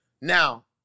Now